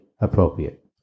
appropriate